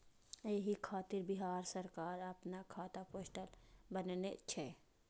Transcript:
एहि खातिर बिहार सरकार अपना खाता पोर्टल बनेने छै